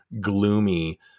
gloomy